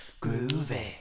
groovy